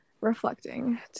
reflecting